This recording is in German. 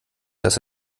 dass